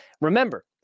Remember